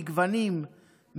מגוונים,